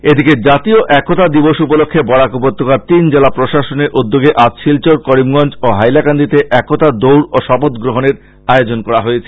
এদিকে জাতীয় একতা দিবস উপলক্ষ্যে বরাক উপত্যকার তিন জেলা প্রশাসনের উদ্যোগে আজ শিলচর করিমগঞ্জ ও হাইলাকান্দিতেও একতা দৌড়ে ও শপথ গ্রহনের আয়োজন করা হয়েছে